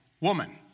woman